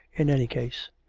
in any case.